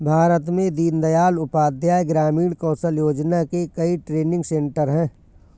भारत में दीन दयाल उपाध्याय ग्रामीण कौशल योजना के कई ट्रेनिंग सेन्टर है